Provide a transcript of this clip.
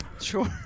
Sure